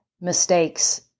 mistakes